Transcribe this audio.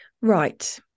Right